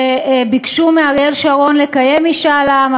וביקשו מאריאל שרון לקיים משאל עם,